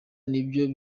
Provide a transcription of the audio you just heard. nibyo